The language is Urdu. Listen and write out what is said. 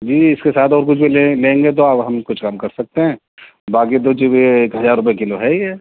جی اس کے ساتھ اور کچھ لیں گے تو اب ہم کچھ کم کر سکتے ہیں باقی تو ایک ہزار روپئے کلو ہے یہ